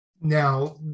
Now